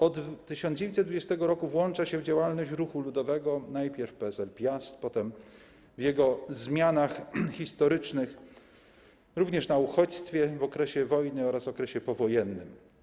Od 1920 r. włącza się w działalność ruchu ludowego - najpierw PSL „Piast”, potem w jego zmianach historycznych, również na uchodźstwie, w okresie wojny oraz okresie powojennym.